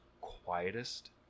quietest